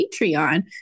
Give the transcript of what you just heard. Patreon